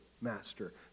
master